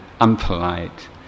unpolite